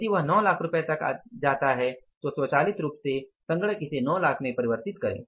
यदि वे 9 लाख तक जाते हैं तो स्वचालित रूप से सिस्टम इसे 9 लाख में परिवर्तित करें